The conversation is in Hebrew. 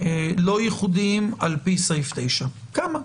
לא ייחודיים, על פי סעיף 9. כמה?